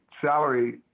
salary –